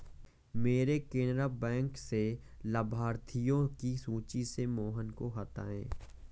मेरे केनरा बैंक से लाभार्थियों की सूची से मोहन को हटाइए